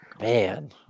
Man